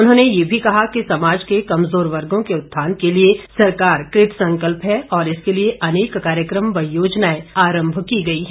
उन्होंने ये भी कहा कि समाज के कमजोर वर्गो के उत्थान के लिए सरकार कृतसंकल्प है और इसके लिए अनेक कार्यक्रम व योजनाएं आरंभ की गई है